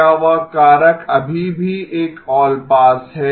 क्या वह कारक अभी भी एक ऑलपास है